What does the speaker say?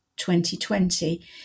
2020